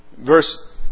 Verse